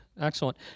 excellent